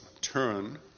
turn